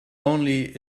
only